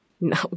No